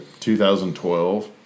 2012